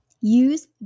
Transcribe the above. use